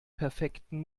perfekten